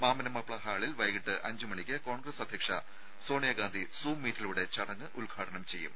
മാമ്മൻ മാപ്പിള ഹാളിൽ വൈകിട്ട് അഞ്ച് മണിക്ക് കോൺഗ്രസ് അധ്യക്ഷ സോണിയാ ഗാന്ധി സൂം മീറ്റിലൂടെ ചടങ്ങ് ഉദ്ഘാടനം ചെയ്യും